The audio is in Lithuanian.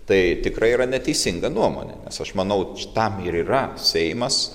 tai tikrai yra neteisinga nuomonė nes aš manau tam ir yra seimas